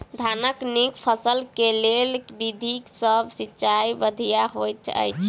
धानक नीक फसल केँ लेल केँ विधि सँ सिंचाई बढ़िया होइत अछि?